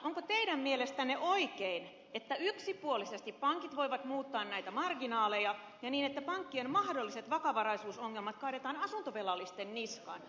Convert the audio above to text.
onko teidän mielestänne oikein että yksipuolisesti pankit voivat muuttaa näitä marginaaleja ja niin että pankkien mahdolliset vakavaraisuusongelmat kaadetaan asuntovelallisten niskaan